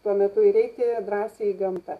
tuo metu ir eiti drąsiai į gamtą